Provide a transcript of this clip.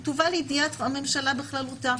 היא תובא לידיעת הממשלה בכללותה,